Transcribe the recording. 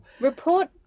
Report